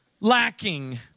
lacking